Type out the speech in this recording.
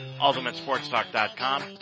ultimatesportstalk.com